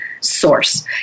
source